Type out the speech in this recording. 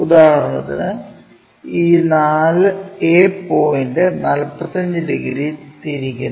ഉദാഹരണത്തിന് ഈ a point 45 degree തിരിക്കുന്നു